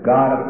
God